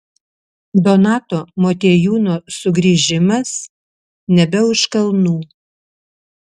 donato motiejūno sugrįžimas nebe už kalnų